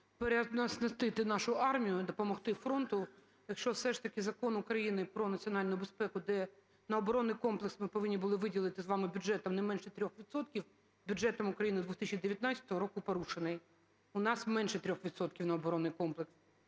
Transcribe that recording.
переоснастити нашу армію, допомогти фронту, якщо все ж таки Закон України "Про національну безпеку", де на оборонний комплекс ми повинні були виділити з вами бюджетом не менше 3 відсотків, бюджетом України з 2019 року порушений? У нас менше 3 відсотків на оборонний комплекс.